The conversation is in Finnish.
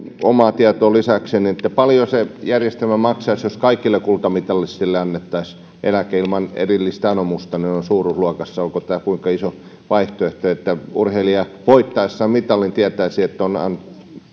omaa tietoa lisätäkseni paljonko se järjestelmä maksaisi jos kaikille kultamitalisteille annettaisiin eläke ilman erillistä anomusta missä suuruusluokassa olisi onko tämä kuinka iso vaihtoehto että urheilija voittaessaan mitalin tietäisi että on